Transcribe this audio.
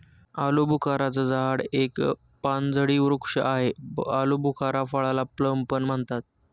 आलूबुखारा चं झाड एक व पानझडी वृक्ष आहे, आलुबुखार फळाला प्लम पण म्हणतात